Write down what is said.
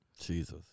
Jesus